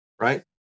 right